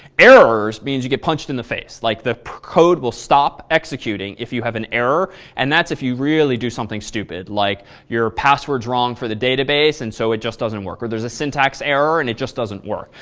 errors means you get punched in then face, like the code will stop executing if you have an error. and that's if you really do something stupid, like your password is wrong for the database and so it just doesn't work, or there's a syntax error and it just doesn't work.